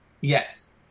Yes